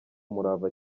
umurava